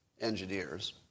engineers